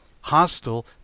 hostile